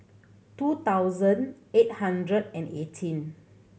two thousand eight hundred and eighteen